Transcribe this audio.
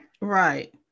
Right